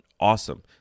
awesome